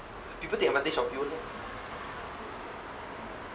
people take advantage of you